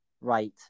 Right